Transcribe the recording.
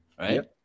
right